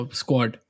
squad